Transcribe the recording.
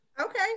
okay